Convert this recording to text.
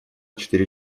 четыре